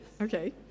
Okay